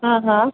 हा हा